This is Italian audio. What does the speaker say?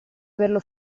averlo